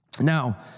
Now